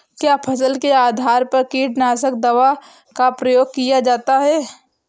क्या फसल के आधार पर कीटनाशक दवा का प्रयोग किया जाता है?